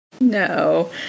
No